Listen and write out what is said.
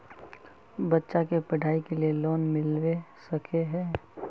बच्चा के पढाई के लिए लोन मिलबे सके है?